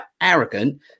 arrogant